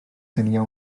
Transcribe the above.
tenia